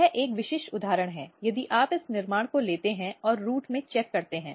यह एक विशिष्ट उदाहरण है यदि आप इस निर्माण को लेते हैं और रूट में जांचते हैं